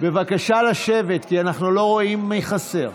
בבקשה לשבת, כי אנחנו לא רואים מי חסר.